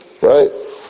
right